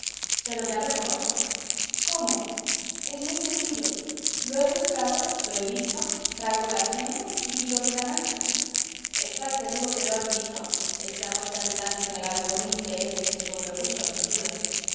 pero ya lo conozco cómo es muy sencillo lo he buscado lo he visto traigo las señas y pido mi ganancia estás seguro de que lo has visto exclamó el capitán general con un interés que se sobrepuso a sus dudas